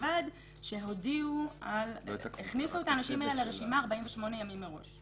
ובלבד שהכניסו את האנשים האלה לרשימה 48 ימים מראש.